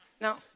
Now